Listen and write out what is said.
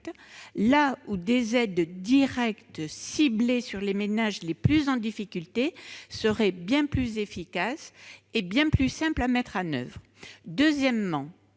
là où des aides directes ciblées sur les ménages les plus en difficulté seraient bien plus efficaces et bien plus simples à mettre en oeuvre.